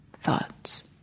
thoughts